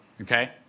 Okay